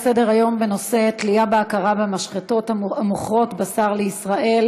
הצעה לסדר-היום בנושא "תלייה בהכרה" במשחטות המוכרות בשר לישראל: